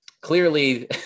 clearly